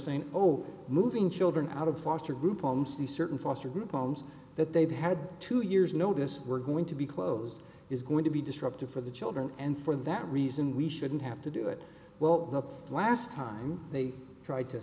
saying oh moving children out of foster group homes these certain foster group homes that they've had two years notice we're going to be closed is going to be disruptive for the children and for that reason we shouldn't have to do it well the last time they tr